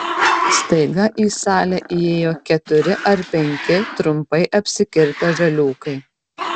staiga į salę įėjo keturi ar penki trumpai apsikirpę žaliūkai